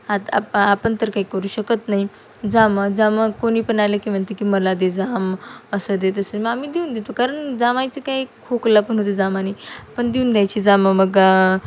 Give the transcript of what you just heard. आता आपण तर काही करू शकत नाही जाम जाम कोणी पण आले की म्हणते की मला दे जाम असं दे मग आम्ही देऊन देतो कारण जामायचं काही खोकला पण होते जामाने पण देऊन द्यायची जाम मग